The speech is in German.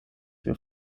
wir